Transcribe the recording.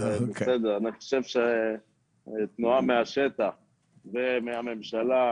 אני חושב שתנועה מהשטח ומהממשלה,